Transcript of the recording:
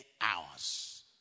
hours